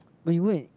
when you go and